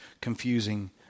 confusing